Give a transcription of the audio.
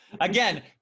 again